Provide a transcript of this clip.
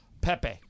Pepe